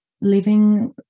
living